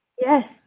Yes